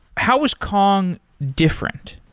how was kong different?